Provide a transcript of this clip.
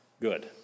good